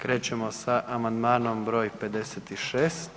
Krećemo sa amandmanom br. 56.